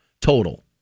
total